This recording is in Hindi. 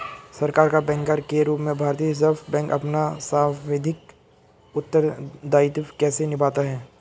सरकार का बैंकर के रूप में भारतीय रिज़र्व बैंक अपना सांविधिक उत्तरदायित्व कैसे निभाता है?